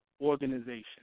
organization